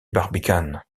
barbicane